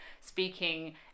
speaking